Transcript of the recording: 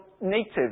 native